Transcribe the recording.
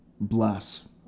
bless